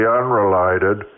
unrelated